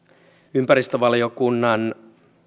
ympäristövaliokunnan